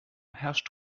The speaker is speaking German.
herrscht